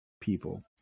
people